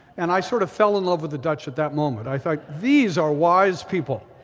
and i sort of fell in love with the dutch at that moment. i thought these are wise people.